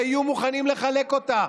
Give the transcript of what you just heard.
שיהיו מוכנים לחלק אותה,